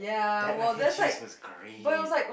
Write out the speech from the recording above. that mac and cheese was great